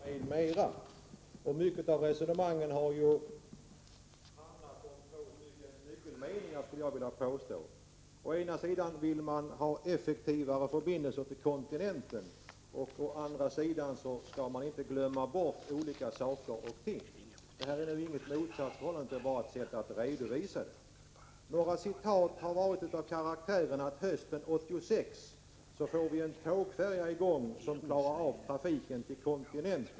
Fru talman! Denna debatt har sitt ursprung i ett betänkande med rubriken Öresundsförbindelserna m.m. En stor del av resonemangen har handlat om två nyckelmeningar. Å ena sidan vill man ha effektivare förbindelser med kontinenten, och å andra sidan skall man ”inte glömma bort saker och ting”. Det är inget motsatsförhållande mellan dessa meningar, utan uppdelningen är bara ett sätt att redovisa ärendet. Några citat handlade om att en tågfärja kommer i gång hösten 1986 som klarar trafiken till kontinenten.